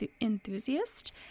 enthusiast